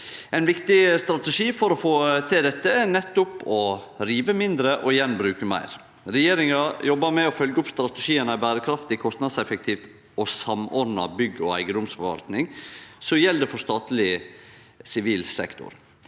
Ein viktig strategi for å få til dette er nettopp å rive mindre og gjenbruke meir. Regjeringa jobbar med å følgje opp strategien Ei berekraftig, kostnadseffektiv og samordna bygg- og eigedomsforvaltning, som gjeld for statleg sivil sektor.